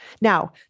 Now